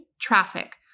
traffic